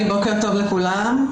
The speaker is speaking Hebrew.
בוקר טוב לכולם.